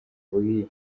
bababwiye